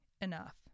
enough